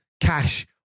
cash